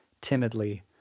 timidly